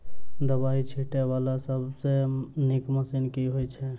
दवाई छीटै वला सबसँ नीक मशीन केँ होइ छै?